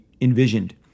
envisioned